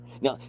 Now